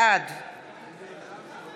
בעד